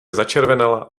začervenala